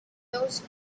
those